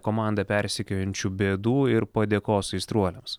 komandą persekiojančių bėdų ir padėkos aistruoliams